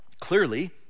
Clearly